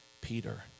Peter